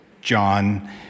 John